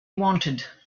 wanted